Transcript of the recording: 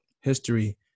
history